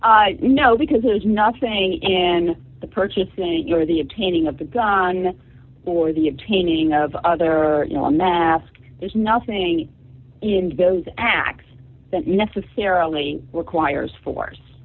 know because there is nothing in the purchasing your the obtaining of the gun for the obtaining of other you know a mask there's nothing in those acts that necessarily requires force